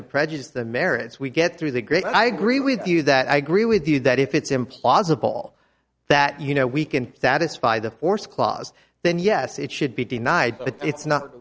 of prejudice the merits we get through the great i agree with you that i agree with you that if it's implausible that you know we can satisfy the horse clause then yes it should be denied but it's not